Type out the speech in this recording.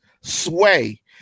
Sway